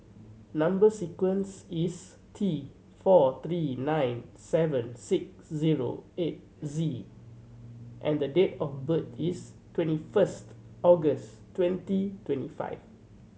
number sequence is T four three nine seven six zero eight Z and the date of birth is twenty first August twenty twenty five